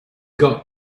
got